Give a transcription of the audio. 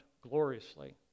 gloriously